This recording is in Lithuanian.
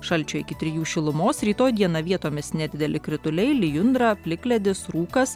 šalčio iki trijų šilumos rytoj dieną vietomis nedideli krituliai lijundra plikledis rūkas